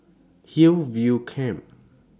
Hillview Camp